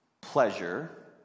pleasure